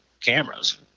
cameras